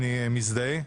אני מזדהה אתם,